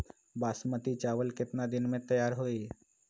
बासमती चावल केतना दिन में तयार होई?